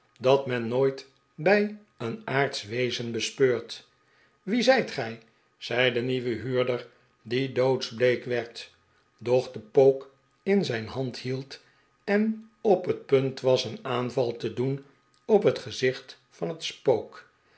dat men nooit bij een aardsch wezen bespeurt wie zijt gij zei de nieuwe huurder die doodsbleek werd doch den pook in zijn hand hield en op het punt was een aanval te doen op het gezicht van het spook